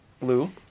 Lou